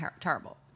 terrible